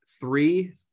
three